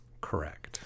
Correct